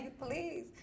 please